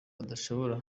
adashobora